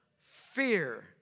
fear